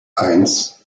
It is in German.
eins